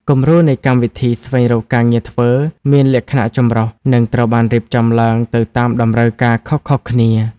គំរូនៃកម្មវិធីស្វែងរកការងារធ្វើមានលក្ខណៈចម្រុះ និងត្រូវបានរៀបចំឡើងទៅតាមតម្រូវការខុសៗគ្នា។